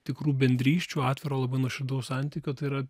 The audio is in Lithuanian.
tikrų bendrysčių atviro nuoširdaus santykio tai yra